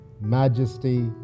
majesty